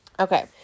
Okay